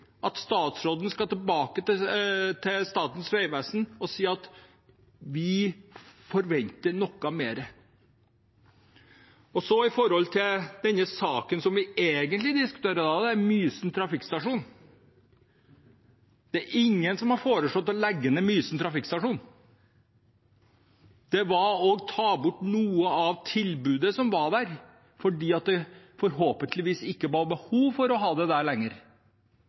at statsråden skal tilbake til Statens vegvesen og si at vi forventer noe mer. Når det gjelder den saken som vi egentlig diskuterer, Mysen trafikkstasjon, er det ingen som har foreslått å legge ned Mysen trafikkstasjon. Det var å ta bort noe av tilbudet som var der, fordi det forhåpentligvis ikke var behov for å ha det der lenger.